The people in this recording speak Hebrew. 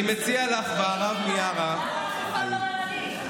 אני מציע לך, בהרב מיארה, למה אכיפה בררנית?